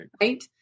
right